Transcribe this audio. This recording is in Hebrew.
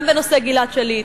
גם בנושא גלעד שליט,